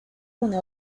una